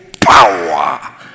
power